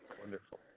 Wonderful